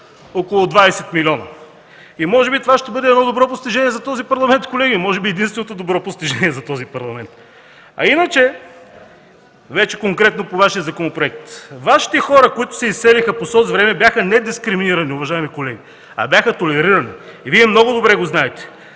около 20 милиона?! Може би това ще бъде добро постижение за този Парламент, колеги – може би единственото добро постижение за този Парламент. Вече конкретно по Вашия законопроект. Вашите хора, които се изселиха по соцвреме, бяха не дискриминирани, уважаеми колеги, а толерирани. Вие много добре го знаете.